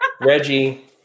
Reggie